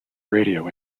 radio